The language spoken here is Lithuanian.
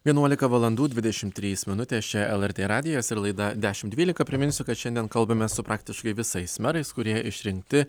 vienuolika valandų dvidešimt trys minutės čia lrt radijas ir laida dešimt dvylika priminsiu kad šiandien kalbamės su praktiškai visais merais kurie išrinkti